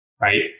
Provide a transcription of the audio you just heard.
right